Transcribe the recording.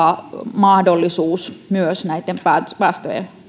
mahdollisuus näitten päästöjen päästöjen